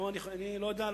אני לא יודע,